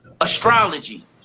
astrology